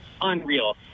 Unreal